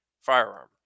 firearm